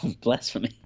blasphemy